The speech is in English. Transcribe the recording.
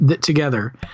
together